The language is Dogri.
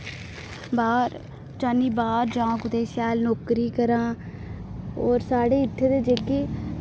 बाह्र चाह्न्नी बाह्र जां कुतै शैल नौकरी करां और साढ़े इत्थै दे जेह्के